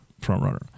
frontrunner